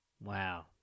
Wow